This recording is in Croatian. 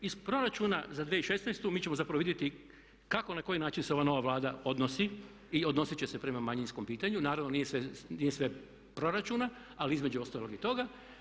Iz Proračuna za 2016. mi ćemo zapravo vidjeti kako i na koji način se ova nova Vlada odnosi i odnosit će se prema manjinskom pitanju, naravno nije sve proračun ali između ostalog i to.